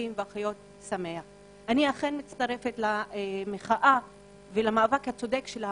אני מצטרפת למחאת המתמחים.